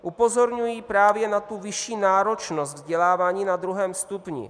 Upozorňuji právě na vyšší náročnost vzdělávání na druhém stupni.